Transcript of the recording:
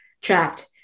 trapped